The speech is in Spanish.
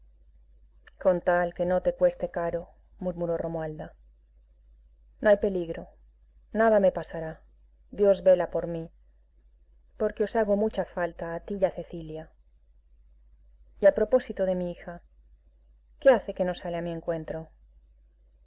con tal que no te cueste caro murmuró romualda no hay peligro nada me pasará dios vela por mí porque os hago mucha falta a ti y a cecilia y a propósito de mi hija qué hace que no sale a mi encuentro